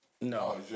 No